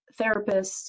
therapists